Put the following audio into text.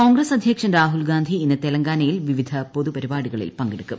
കോൺഗ്രസ് അധ്യക്ഷൻ രാഹുൽഗാന്ധി ഇന്ന് തെലങ്കാനയിൽ വിവിധ പൊതുപരിപാടികളിൽ പങ്കെടുക്കും